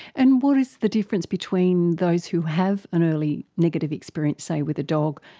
and what is the difference between those who have an early negative experience, say with a dog,